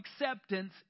acceptance